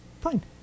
Fine